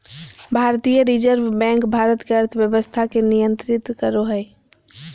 भारतीय reserve bank Bharat के अर्थव्यवस्था के नियन्त्रित करो हइ